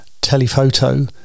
telephoto